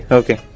okay